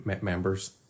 members